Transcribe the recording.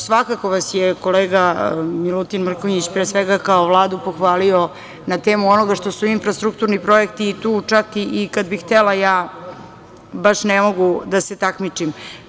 Svakako vas je kolega Milutin Mrkonjić, pre svega kao Vladu, pohvalio na temu onoga što su infrastrukturni projekti i tu čak i kada bih htela, ja baš ne mogu da se takmičim.